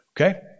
okay